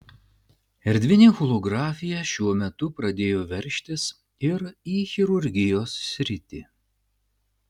erdvinė holografija šiuo metu pradėjo veržtis ir į chirurgijos sritį